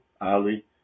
ali